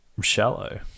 shallow